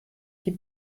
die